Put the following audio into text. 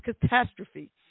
catastrophe